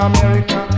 America